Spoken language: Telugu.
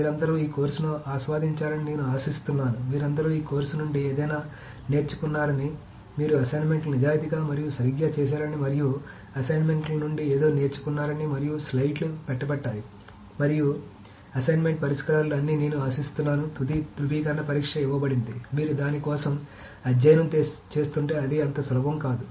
మీరందరూ ఈ కోర్సును ఆస్వాదించారని నేను ఆశిస్తున్నాను మీరందరూ ఈ కోర్సు నుండి ఏదైనా నేర్చుకున్నారని మీరు అసైన్మెంట్లను నిజాయితీగా మరియు సరిగ్గా చేశారని మరియు అసైన్మెంట్ల నుండి ఏదో నేర్చుకున్నారని మరియు స్లయిడ్లు పెట్టబడ్డాయి మరియు అసైన్మెంట్ పరిష్కారాలు అని నేను ఆశిస్తున్నాను తుది ధృవీకరణ పరీక్ష ఇవ్వబడింది మీరు దాని కోసం అధ్యయనం చేస్తుంటే అది అంత సులభం కాదు